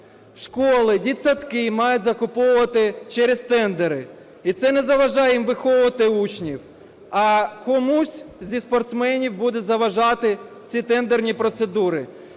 Школи, дитсадки мають закуповувати через тендери, і це не заважає їм виховувати учнів, а комусь зі спортсменів будуть заважати ці тендерні процедури.